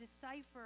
decipher